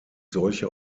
solche